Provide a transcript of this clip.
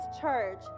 church